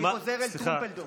אני חוזר אל טרומפלדור.